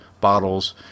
bottles